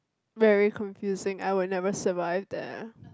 very confusing I would never survive that